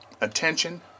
attention